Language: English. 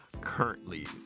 currently